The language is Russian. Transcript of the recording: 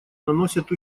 наносят